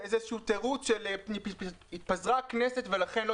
זה איזשהו תירוץ התפזרה הכנסת ולכן לא